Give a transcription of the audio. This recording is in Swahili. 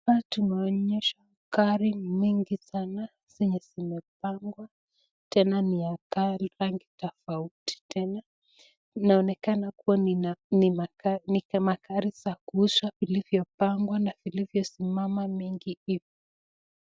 Hapa tumeonyeshwa magari mengi sana zenye zimepangwa tena ni ya rangi tofauti tena, inaonekana kuwa ni magari za kuuza vilivyopangwa na vilivyo simama mingi.